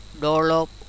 dollop